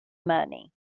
money